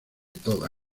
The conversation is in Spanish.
toda